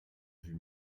vue